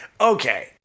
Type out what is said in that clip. okay